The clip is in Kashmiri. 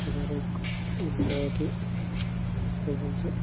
گَرُک زیادٕ فضلہٕ